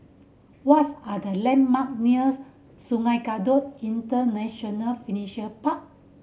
what's are the landmark nears Sungei Kadut International Furniture Park